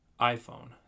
iPhone